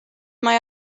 mae